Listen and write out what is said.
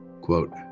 Quote